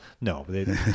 no